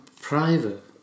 private